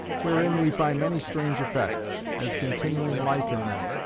wherein we find many strange effects as continuing life in them,